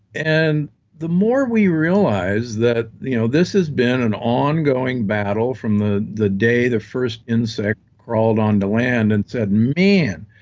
and the more we realize that you know this has been an ongoing battle from the the day the first insect crawled onto land and said, man,